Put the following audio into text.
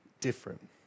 different